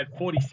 46